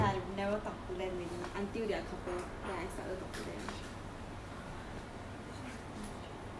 ya then after that err afterwards err then I never talk to them already until they are couple then I started talking to them